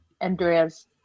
andrea's